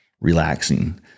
relaxing